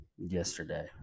yesterday